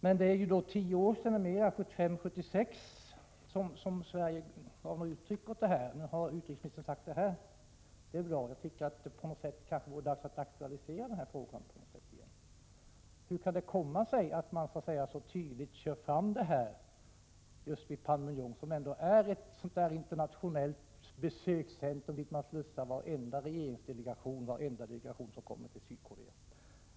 Men det är nu mer än tio år sedan, 1975-1976, som vi gav uttryck för den. Här har nu utrikesministern sagt detta, och det är ju fint, men kanske det vore dags att på något sätt aktualisera den här frågan igen. Hur kan det komma sig att man så tydligt visar fram FN-flaggan just vid Panmunjom, som ändå är ett internationellt besökscentrum dit man slussar varenda delegation som kommer till Sydkorea?